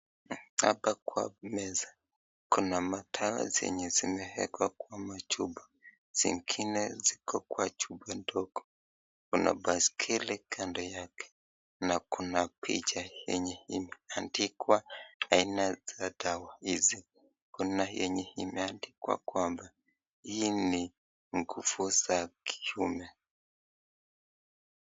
Hapa kwa meza kuna madawa zenye zimewekwa kwa machupa , zingine ziko kwa chupa ndogo, kuna baiskeli kando yake, na kuna picha yenye imeandikwa aina ya dawa hizi, kuna yenye imeadikwa kwamba hii ni nguvu za kiume.